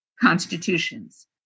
constitutions